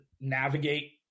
navigate